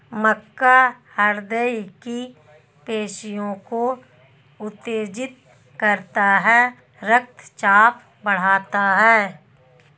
मक्का हृदय की पेशियों को उत्तेजित करता है रक्तचाप बढ़ाता है